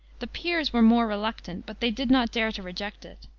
the peers were more reluctant, but they did not dare to reject it.